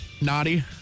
naughty